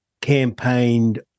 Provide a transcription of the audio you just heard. campaigned